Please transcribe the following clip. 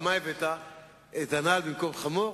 שהיא תשרת אותנו ל-12 חודשים.